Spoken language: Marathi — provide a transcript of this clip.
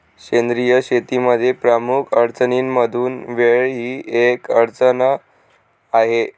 सेंद्रिय शेतीमध्ये प्रमुख अडचणींमधून वेळ ही एक अडचण आहे